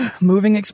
Moving